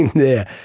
there.